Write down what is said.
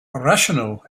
rational